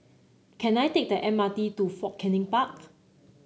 can I take the M R T to Fort Canning Park